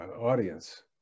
audience